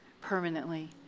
permanently